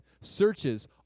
searches